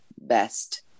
best